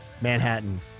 Manhattan